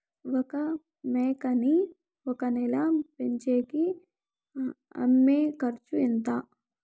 ఒక మేకని ఒక నెల పెంచేకి అయ్యే ఖర్చు ఎంత?